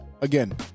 again